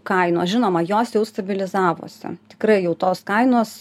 kainos žinoma jos jau stabilizavosi tikrai jau tos kainos